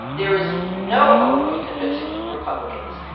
there is no hope of convincing republicans.